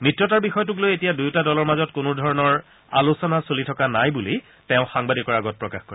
মিত্ৰতাৰ বিষয়টোক লৈ এতিয়া দুয়োটা দলৰ মাজত কোনোধৰণৰ আলোচনা চলি থকা নাই বুলি তেওঁ সাংবাদিকৰ আগত প্ৰকাশ কৰে